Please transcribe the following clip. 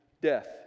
death